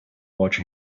watch